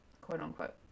quote-unquote